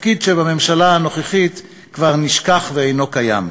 תפקיד שבממשלה הנוכחית כבר נשכח ואינו קיים.